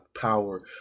power